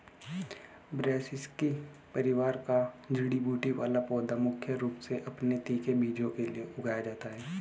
ब्रैसिसेकी परिवार का जड़ी बूटी वाला पौधा मुख्य रूप से अपने तीखे बीजों के लिए उगाया जाता है